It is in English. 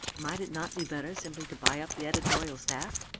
might it not be better simply to buy up the editorial staff?